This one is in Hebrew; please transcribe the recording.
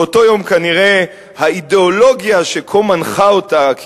באותו יום כנראה האידיאולוגיה שכה מנחה אותה,